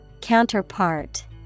Counterpart